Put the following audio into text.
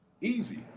easy